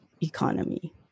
economy